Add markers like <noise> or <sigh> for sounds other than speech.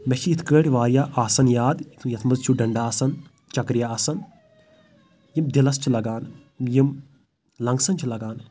مےٚ چھِ یِتھ کٔٹھۍ واریاہ آسان یاد <unintelligible> یَتھ منٛز چھُ ڈنٛڈٕ آسان چکرِیاہ آسان یِم دِلَس چھِ لَگان یِم لنٛگسَن چھِ لَگان